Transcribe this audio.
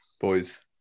boys